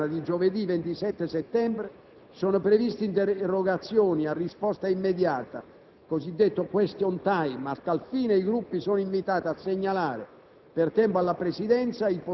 Nella seduta pomeridiana di giovedì 27 settembre, sono previste interrogazioni a risposta immediata (cosiddetto *question time*). A tal fine, i Gruppi sono invitati a segnalare